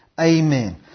Amen